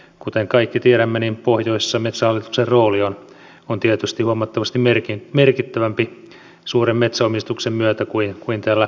kuten kaikki tiedämme pohjoisessa metsähallituksen rooli on tietysti huomattavasti merkittävämpi suuren metsäomistuksen myötä kuin täällä etelässä